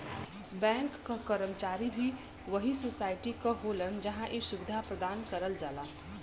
bank क कर्मचारी भी वही सोसाइटी क होलन जहां इ सुविधा प्रदान करल जाला